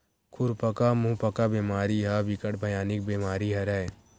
खुरपका मुंहपका बेमारी ह बिकट भयानक बेमारी हरय